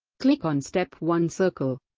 click on step one circle